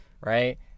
right